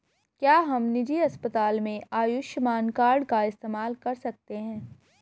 क्या हम निजी अस्पताल में आयुष्मान कार्ड का इस्तेमाल कर सकते हैं?